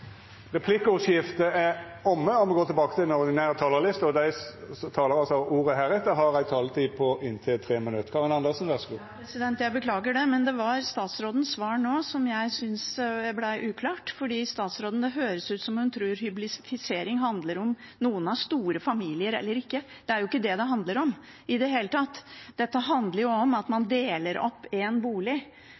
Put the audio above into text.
ei taletid på inntil 3 minutt. Jeg beklager, men det var statsrådens svar nå som jeg syntes var uklart. Det høres ut som om statsråden tror at hyblifisering handler om at noen har store familier eller ikke. Det er ikke det det handler om i det hele tatt. Dette handler om at man deler opp en bolig,